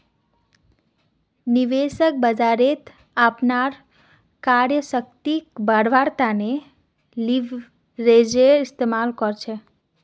निवेशक बाजारत अपनार क्रय शक्तिक बढ़व्वार तने लीवरेजेर इस्तमाल कर छेक